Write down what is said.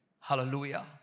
Hallelujah